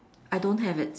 I don't have it